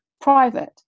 private